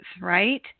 right